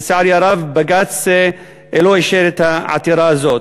לצערי הרב בג"ץ לא אישר את העתירה הזאת.